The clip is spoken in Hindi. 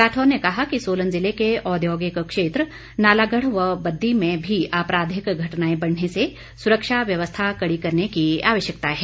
राठौर ने कहा कि सोलन जिले के ओद्यौगिक क्षेत्र नालागढ़ व बद्दी में भी आपराधिक घटनाएं बढ़ने से सुरक्षा व्यवस्था कड़ी करने की आवश्यकता है